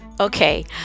Okay